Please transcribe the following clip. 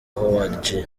howard